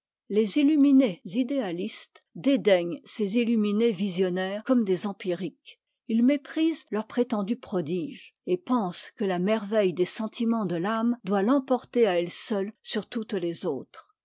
les illuminés idéalistes dédaignent ces iifuminés visionnaires comme des empiriques ils méprisent leurs prétendus prodiges et pensent que la merveille des sentiments de l'âme doit l'emporter à elle seule sur toutes les autres